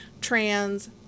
trans